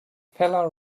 feller